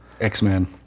x-men